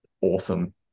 awesome